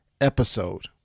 episode